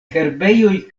herbejoj